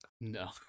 No